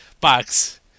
Box